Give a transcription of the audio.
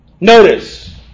Notice